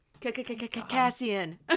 Cassian